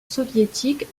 soviétique